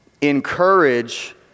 encourage